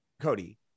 Cody